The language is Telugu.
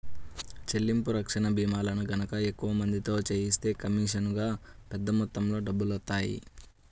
చెల్లింపు రక్షణ భీమాలను గనక ఎక్కువ మందితో చేయిస్తే కమీషనుగా పెద్ద మొత్తంలో డబ్బులొత్తాయి